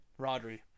Rodri